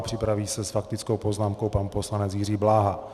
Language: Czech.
Připraví se s faktickou poznámkou pan poslanec Jiří Bláha.